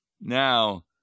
Now